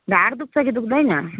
ढाड दुख्छ कि दुख्दैन